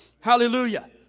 Hallelujah